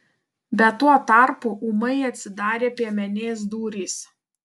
bet tuo tarpu ūmai atsidarė priemenės durys